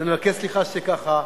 אז אני מבקש סליחה, שככה,